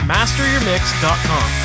MasterYourMix.com